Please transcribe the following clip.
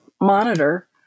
monitor